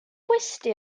gwesty